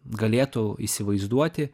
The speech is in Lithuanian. galėtų įsivaizduoti